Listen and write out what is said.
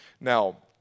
Now